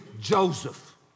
Joseph